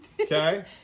Okay